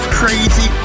crazy